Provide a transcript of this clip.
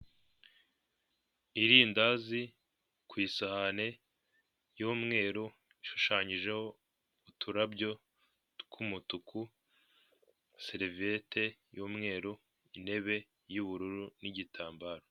Irindazi ku isahani y'umweru ishushanyijeho uturabyo tw'umutuku, seriviyete y'umweru, intebe y'ubururu n'igitambaro.